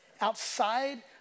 outside